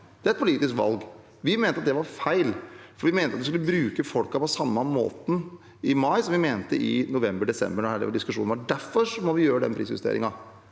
Det er et politisk valg. Vi mente at det var feil. Vi mente at vi skulle bruke folk på samme måte i mai som vi mente det i november–desember, da denne diskusjonen gikk. Derfor må vi gjøre den prisjusteringen.